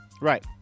Right